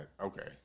Okay